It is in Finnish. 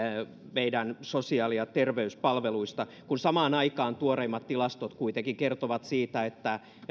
meidän sosiaali ja terveyspalveluista kun samaan aikaan tuoreimmat tilastot kuitenkin kertovat siitä että